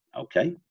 okay